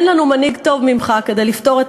אין לנו מנהיג טוב ממך כדי לפתור את